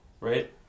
right